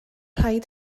rhaid